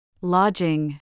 Lodging